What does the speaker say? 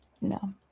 no